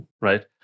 right